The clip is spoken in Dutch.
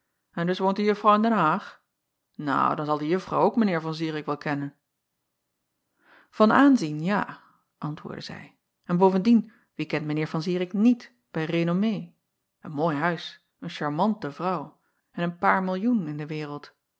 n dus woont de uffrouw in den aag nou dan zal de uffrouw ook meneer an irik wel kennen an aanzien ja antwoordde zij en bovendien wie kent mijn eer an irik niet bij renommée een mooi huis een charmante vrouw en een paar millioen in de wereld